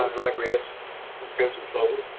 um rye grass and crimson clover.